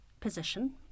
position –